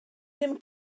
ddim